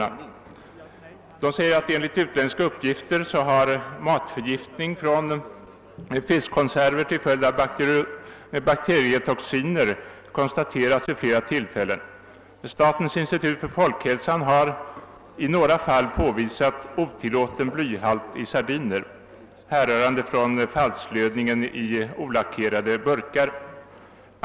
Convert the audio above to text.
Styrelsen anför att enligt utländska uppgifter har matförgiftning från fiskkonserver till följd av bakterietoxiner konstaterats vid flera tillfälten. Statens institut för folkhälsan har, fortsätter styrelsen, i några fall påvisat otillåten blyhalt i sardiner, härrörande från falslödningen i olackerade burkar.